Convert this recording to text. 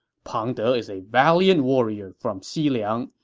pang de is a valiant warrior from xiliang.